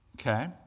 Okay